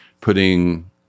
putting